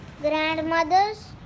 grandmother's